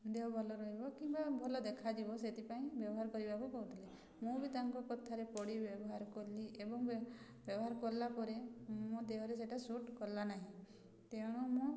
ଦେହ ଭଲ ରହିବ କିମ୍ବା ଭଲ ଦେଖାଯିବ ସେଥିପାଇଁ ବ୍ୟବହାର କରିବାକୁ କହୁଥିଲି ମୁଁ ବି ତାଙ୍କ କଥାରେ ପଢ଼ି ବ୍ୟବହାର କଲି ଏବଂ ବ୍ୟବହାର କଲା ପରେ ମୋ ଦେହରେ ସେଟା ସୁଟ୍ କଲା ନାହିଁ ତେଣୁ ମୁଁ